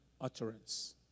utterance